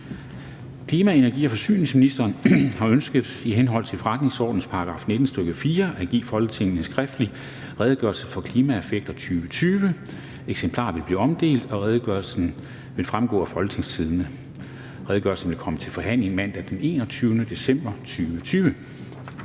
Klima-, energi- og forsyningsministeren har ønsket i henhold til forretningsordenens § 19, stk. 4, at give Folketinget en skriftlig Redegørelse for klimaeffekter 2020. (Redegørelse nr. R 11). Eksemplarer vil blive omdelt, og redegørelsen vil fremgå af www.folketingstidende.dk. Redegørelsen vil komme til forhandling mandag den 21. december 2020.